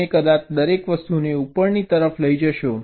તમે કદાચ દરેક વસ્તુને ઉપરની તરફ લઈ જશો